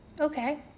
Okay